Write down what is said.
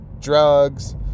drugs